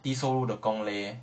低收入的工 leh